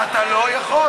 אתה לא יכול.